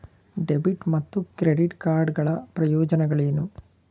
Debit ಮತ್ತು credit card ಗಳ ಪ್ರಯೋಜನಗಳೇನು?